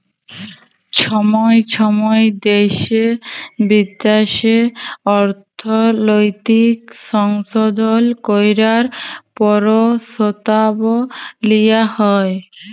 ছময় ছময় দ্যাশে বিদ্যাশে অর্থলৈতিক সংশধল ক্যরার পরসতাব লিয়া হ্যয়